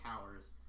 powers